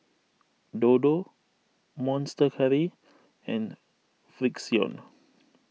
Dodo Monster Curry and Frixion